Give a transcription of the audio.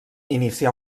inicià